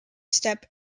step